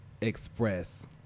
express